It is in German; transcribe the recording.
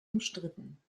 umstritten